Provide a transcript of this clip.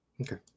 Okay